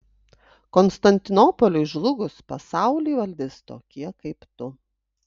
konstantinopoliui žlugus pasaulį valdys tokie kaip tu